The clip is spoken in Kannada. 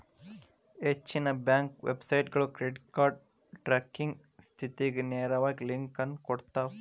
ಹೆಚ್ಚಿನ ಬ್ಯಾಂಕ್ ವೆಬ್ಸೈಟ್ಗಳು ಕ್ರೆಡಿಟ್ ಕಾರ್ಡ್ ಟ್ರ್ಯಾಕಿಂಗ್ ಸ್ಥಿತಿಗ ನೇರವಾಗಿ ಲಿಂಕ್ ಅನ್ನು ಕೊಡ್ತಾವ